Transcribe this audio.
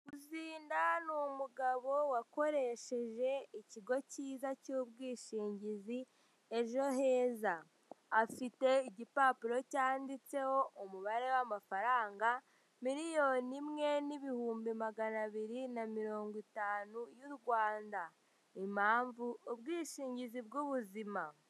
Zinda ni umugabo wakoresheje ikigo cyiza cy'ubwishingizi ejo heza afite igipapuro cyanditseho umubare w'amafaranga miliyoni imwe n'ibihumbi magana abiri na mirongo itanu y'u Rwanda impamvu ubwishingizi bw'ubuzima.